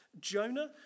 Jonah